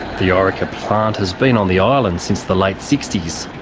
the orica plant has been on the island since the late sixties,